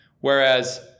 Whereas